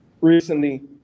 Recently